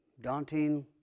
daunting